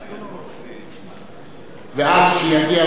ואז, כשהוא יגיע לבמה,